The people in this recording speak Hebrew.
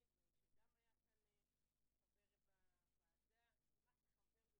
היום 11 בדצמבר 2018, ג' בטבת התשע"ט.